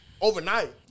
overnight